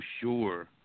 sure